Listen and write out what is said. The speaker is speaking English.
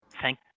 Thank